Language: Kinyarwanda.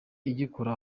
igikora